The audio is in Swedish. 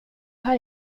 har